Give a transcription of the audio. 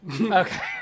okay